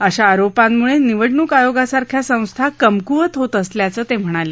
अशा आरोपांमुळासिवडणूक आयोगासारख्या संस्था कमकुवत होत असल्याचं तस्किणाल